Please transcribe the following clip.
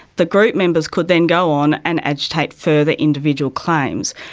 the group members could then go on and agitate further individual claims,